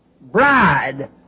bride